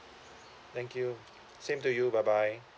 thank you same to you bye bye